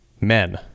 men